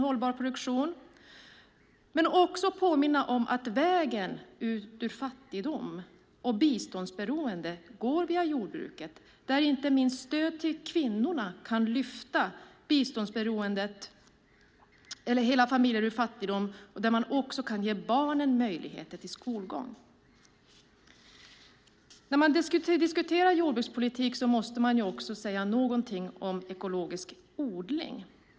Låt mig också påminna om att vägen ut ur fattigdom och biståndsberoende går via jordbruket, där inte minst stöd till kvinnor kan lyfta hela familjer ur fattigdom och också ge barn möjlighet till skolgång. När man diskuterar jordbrukspolitik måste man också säga något om ekologisk odling.